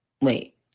wait